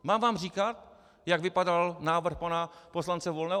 Mám vám říkat, jak vypadal návrh pana poslance Volného?